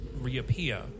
reappear